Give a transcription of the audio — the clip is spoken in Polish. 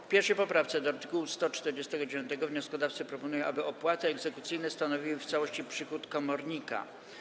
W 1. poprawce do art. 149 wnioskodawcy proponują, aby opłaty egzekucyjne stanowiły w całości przychód komornika.